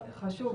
זה חשוב.